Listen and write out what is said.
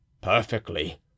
Perfectly